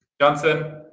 johnson